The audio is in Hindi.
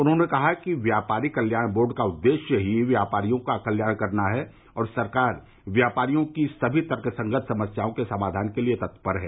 उन्होंने कहा कि व्यापारी कल्याण बोर्ड का उद्देश्य ही व्यापारियों का कल्याण करना है और सरकार व्यापारियों की सभी तर्कसंगत समस्याओं के समाधान के लिए तत्पर है